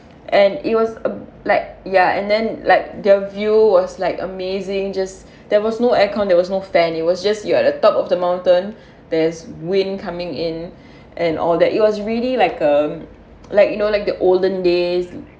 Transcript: and it was um like ya and then like the view was like amazing just there was no air con there was no fan it was just you at the top of the mountain there's wind coming in and all that it was really like um like you know like the olden days